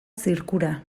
zirkura